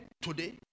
today